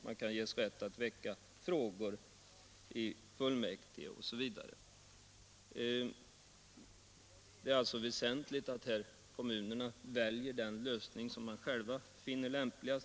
De kan ges rätt att väcka frågor i fullmäktige osv. Det är alltså väsentligt att kommunerna väljer den lösning som de själva finner lämpligast.